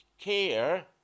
care